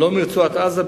לא מרצועת-עזה,